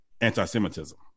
anti-semitism